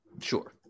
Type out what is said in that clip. Sure